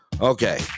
Okay